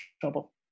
trouble